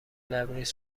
لبریز